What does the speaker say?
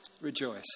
rejoice